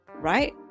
right